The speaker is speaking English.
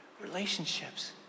relationships